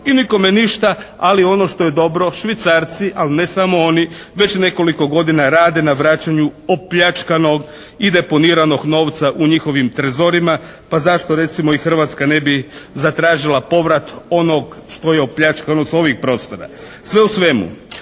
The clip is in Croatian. i nikome ništa ali ono što je dobro Švicarci ali ne samo oni, već nekoliko godina rade na vraćanju opljačkanog i deponiranog novca u njihovim trezorima. Pa zašto recimo i Hrvatska ne bi zatražila povrat onog što je opljačkano sa ovih prostora? Sve u svemu